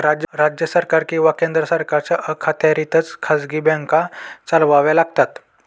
राज्य सरकार किंवा केंद्र सरकारच्या अखत्यारीतच खाजगी बँका चालवाव्या लागतात